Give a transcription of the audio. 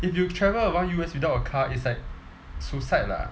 if you travel around U_S without a car it's like suicide lah